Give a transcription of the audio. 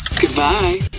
Goodbye